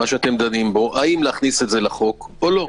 בגלל מה שאתם דנים בו האם להכניס את זה לחוק או לא.